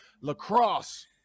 lacrosse